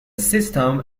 system